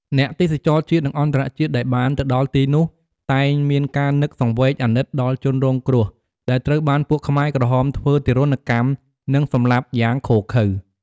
អ្នកទេសចរជាតិ និងអន្តរជាតិ ដែលបានទៅដល់ទីនោះ តែងមានការនឹកសង្វេគ អាណិត ដល់ជនរងគ្រោះ ដែលត្រូវបានពួកខ្មែរក្រហមធ្វើទារុណកម្ម និងសម្លាប់ យ៉ាងឃោឃៅ។